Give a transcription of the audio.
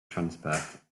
transperth